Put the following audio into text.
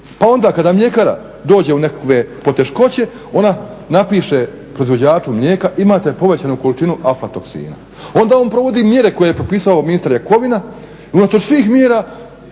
Pa onda kada mljekara dođe u nekakve poteškoće, ona napiše proizvođaču mlijeka "imate povećanu količinu aflatoksina". Onda on provodi mjere koje je propisao ministar Jakovina i unatoč svih mjera,